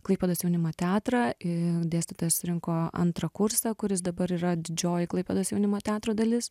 klaipėdos jaunimo teatrą i dėstytojas surinko antrą kursą kuris dabar yra didžioji klaipėdos jaunimo teatro dalis